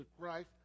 Christ